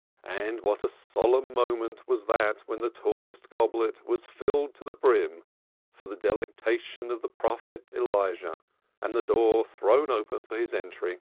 and what a solemn moment was that when the tallest goblet was filled to the brim for the delectation of the prophet elijah and the door thrown open for his entry.